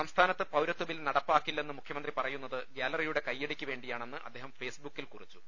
സംസ്ഥാനത്ത് പൌരത്വ ബിൽ നടപ്പാക്കില്ലെന്ന് മുഖ്യമന്ത്രി പറ യുന്നത് ഗാലറിയുടെ കൈയ്യടിക്ക് വേണ്ടിയാണെന്ന് അദ്ദേഹം ഫെയ്സ്ബുക്കിൽ കുറിച്ചു